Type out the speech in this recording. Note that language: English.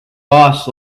boss